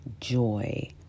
joy